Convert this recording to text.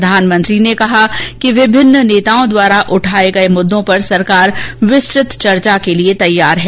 प्रधानमंत्री ने कहा कि विभिन्न नेताओं द्वारा उठाए गए मुद्दों पर सरकार विस्तृत चर्चा के लिए तैयार है